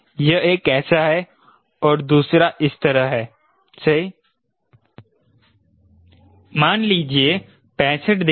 यह एक ऐसा है और दूसरा इस तरह है सही